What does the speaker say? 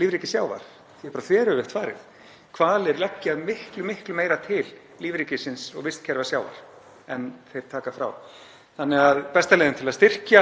lífríki sjávar. Því er bara þveröfugt farið. Hvalir leggja miklu meira til lífríkisins og vistkerfa sjávar en þeir taka frá þeim. Þannig að besta leiðin til að styrkja